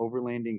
overlanding